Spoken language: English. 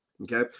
Okay